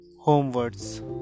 homewards